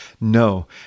No